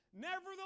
Nevertheless